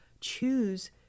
choose